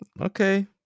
Okay